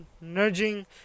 nudging